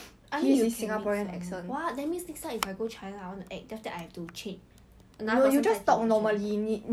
没有